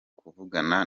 kuvugana